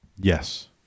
Yes